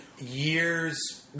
years